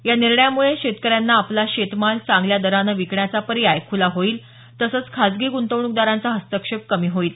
या निर्णयामुळे शेतकऱ्यांना आपला शेतमाल चांगल्या दराने विकण्याचा पर्याय खुला होईल तसंच खासगी ग्रंतवण्कदारांचा हस्तक्षेप कमी होईल